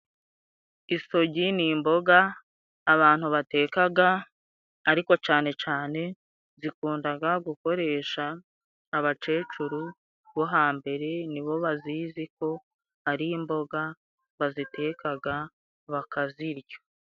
Isogi ni imboga abantu batekaga ,ariko cane cane zikundaga gukoresha abacecuru bo hambere nibo bazizi ko ari imboga bazitekaga bakazirya.